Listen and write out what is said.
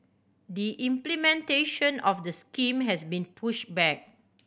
the implementation of the scheme has been push back